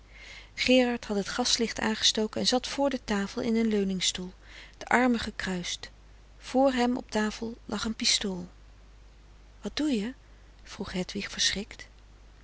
gerard had t gaslicht aangestoken en zat voor de tafel in een leuningstoel de armen gekruist voor hem op tafel lag een pistool wat doe je vroeg hedwig verschrikt